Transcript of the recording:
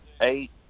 eight